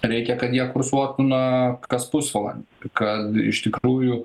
reikia kad jie kursuotų na kas pusvalandį kad iš tikrųjų